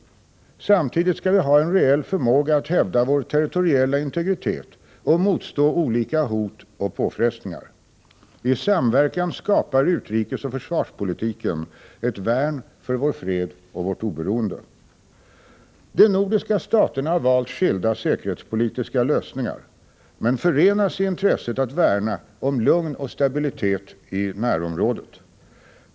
Samtidigt skall vi ha en reell förmåga att hävda vår territoriella integritet och motstå olika hot och påfrestningar. I samverkan skapar utrikesoch försvarspolitiken ett värn för vår fred och vårt oberoende. De nordiska staterna har valt skilda säkerhetspolitiska lösningar men förenas i intresset att värna om lugn och stabilitet i närområdet.